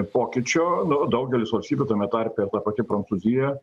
pokyčio nu daugelis valstybių tame tarpe ir ta pati prancūzija